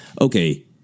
okay